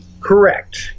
Correct